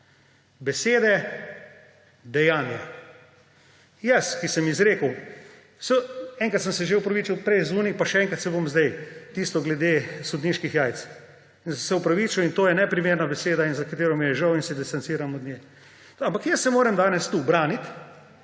besede, dejanje. Jaz, ki sem izrekel − enkrat sem se že opravičil prej zunaj pa še enkrat se bom sedaj − tisto glede sodniških jajc. Sem se opravičil in to je neprimerna beseda in za katero mi je žal in se distanciram od nje. Ampak jaz se moram danes tukaj braniti